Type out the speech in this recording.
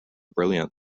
brilliant